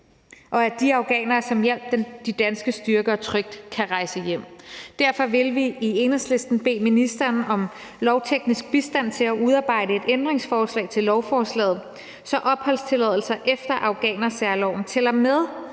og at de afghanere, som hjalp de danske styrker, trygt kan rejse hjem. Derfor vil vi i Enhedslisten bede ministeren om lovteknisk bistand til at udarbejde et ændringsforslag til lovforslaget, så ophold under opholdstilladelser efter afghanersærloven tæller med